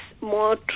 more